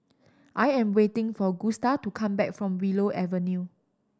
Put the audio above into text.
I am waiting for Gusta to come back from Willow Avenue